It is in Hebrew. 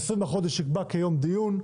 ה-20 בחודש נקבע כיום דיון,